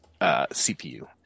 CPU